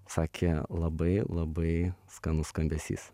sakė labai labai skanus skambesys